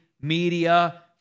media